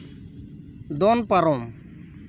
ᱫᱚᱱ ᱯᱟᱨᱚᱢ